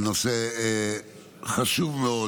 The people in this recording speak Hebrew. בנושא חשוב מאוד,